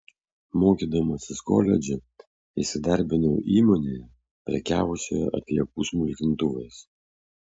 mokydamasis koledže įsidarbinau įmonėje prekiavusioje atliekų smulkintuvais